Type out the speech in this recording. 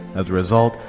as a result,